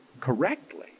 correctly